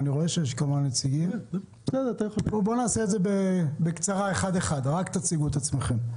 נעשה את בקצרה אחד-אחד, רק תציגו את עצמכם.